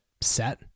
set